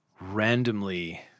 randomly